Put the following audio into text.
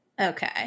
okay